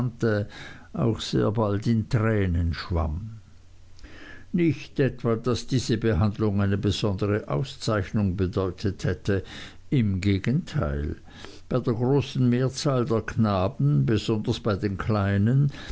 auch sehr bald in tränen schwamm nicht etwa daß diese behandlung eine besondere auszeichnung bedeutet hätte im gegenteil bei der großen mehrzahl der knaben besonders bei den kleinen